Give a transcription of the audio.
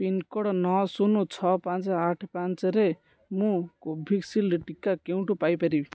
pincode ନଅ ଶୂନ ଛଅ ପାଞ୍ଚ ଆଠ ପାଞ୍ଚରେ ମୁଁ କୋଭିଶିଲ୍ଡ଼୍ ଟିକା କେଉଁଠୁ ପାଇ ପାରିବି